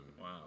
Wow